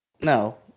No